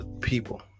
people